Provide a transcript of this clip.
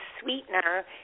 sweetener